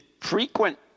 frequent